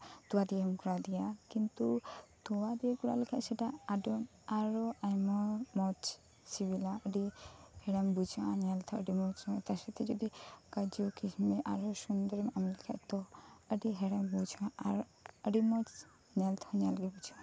ᱛᱚᱣᱟ ᱫᱤᱭᱮᱢ ᱠᱚᱨᱟᱣ ᱫᱟᱲᱮᱭᱟᱜᱼᱟ ᱠᱤᱱᱛᱩ ᱛᱚᱣᱟ ᱫᱤᱭᱮ ᱠᱚᱨᱟᱣ ᱞᱮᱠᱷᱟᱡ ᱥᱮᱴᱟ ᱟᱹᱰᱤ ᱟᱨᱚ ᱟᱭᱢᱟ ᱢᱚᱸᱡᱽ ᱥᱤᱵᱤᱞᱟ ᱟᱰᱤ ᱦᱮᱲᱮᱢ ᱵᱩᱡᱷᱟᱹᱜᱼᱟ ᱧᱮᱞ ᱛᱮᱦᱚᱸ ᱟᱰᱤ ᱢᱚᱸᱡᱽ ᱚᱱᱟ ᱥᱟᱛᱮ ᱡᱩᱫᱤ ᱠᱟᱡᱩ ᱠᱤᱥᱢᱤᱥ ᱟᱨ ᱦᱚᱸ ᱥᱩᱱᱫᱚᱨ ᱮᱢ ᱫᱟᱲᱮᱭᱟᱜ ᱞᱮᱠᱷᱟᱡ ᱛᱚ ᱟᱹᱰᱤ ᱦᱮᱲᱮᱢ ᱵᱩᱡᱷᱟᱹᱜ ᱟᱨ ᱟᱹᱰᱤ ᱢᱚᱸᱡᱽ ᱧᱮᱞ ᱛᱮᱦᱚᱸ ᱧᱮᱞ ᱜᱮ ᱵᱩᱡᱷᱟᱹᱜᱼᱟ